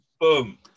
Boom